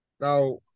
Now